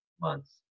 months